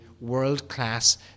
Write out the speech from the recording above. world-class